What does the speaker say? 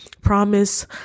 promise